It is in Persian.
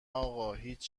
اقا، هیچ